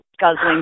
guzzling